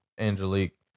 Angelique